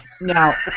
Now